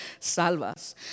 salvas